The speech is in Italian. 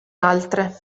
altre